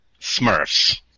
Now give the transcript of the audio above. Smurfs